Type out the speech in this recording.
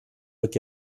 wird